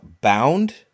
Bound